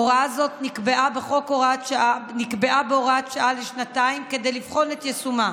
הוראה זו נקבעה בהוראת שעה לשנתיים כדי לבחון את יישומה.